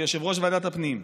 כיושבת-ראש ועדת הפנים,